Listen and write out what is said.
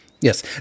Yes